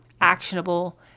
actionable